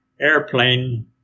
airplane